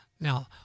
now